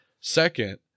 Second